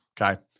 Okay